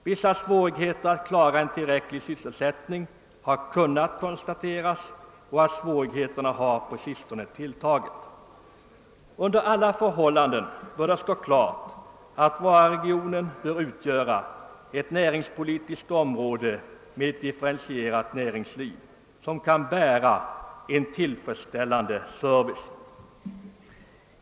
Vissa svårigheter att klara en tillräcklig sysselsättning har kunnat konstateras, och de har på sistone tilltagit. Under alla förhållanden bör det stå klart att Vararegionen bör utgöra ett område med ett differentierat näringsliv som kan bära en tillfredsställande service.